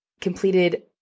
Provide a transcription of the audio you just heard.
completed